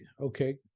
okay